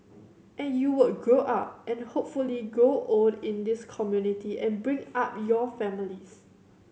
and you would grow up and hopefully grow old in this community and bring up your families